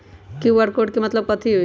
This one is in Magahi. कियु.आर कोड के मतलब कथी होई?